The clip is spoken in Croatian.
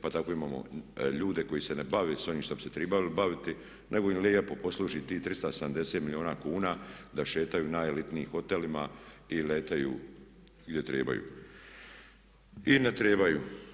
Pa tako imamo ljude koji se ne bave s onim s čim bi se trebali baviti nego im lijepo posluži tih 370 milijuna kuna da šetaju u najelitnijim hotelima i lete gdje trebaju i ne trebaju.